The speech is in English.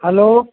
hello